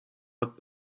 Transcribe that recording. هات